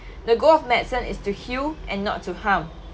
the goal of medicine is to heal and not to harm